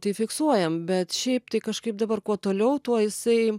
tai fiksuojam bet šiaip tai kažkaip dabar kuo toliau tuo jisai